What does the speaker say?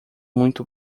muito